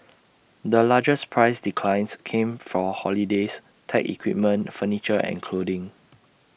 the largest price declines came for holidays tech equipment furniture and clothing